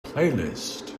playlist